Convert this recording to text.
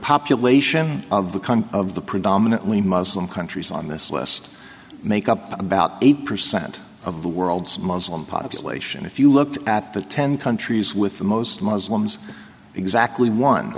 population of the congo of the predominantly muslim countries on this list make up about eight percent of the world's muslim population if you look at the ten countries with the most muslims exactly one